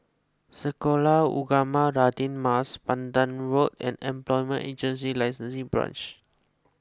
Sekolah Ugama Radin Mas Pandan Road and Employment Agency Licensing Branch